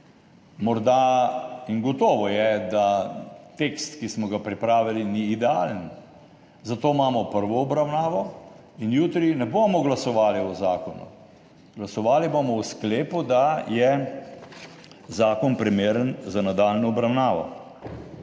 Morda in gotovo je, da tekst, ki smo ga pripravili ni idealen. Zato imamo prvo obravnavo in jutri ne bomo glasovali o zakonu, glasovali bomo o sklepu, da je zakon primeren za nadaljnjo obravnavo.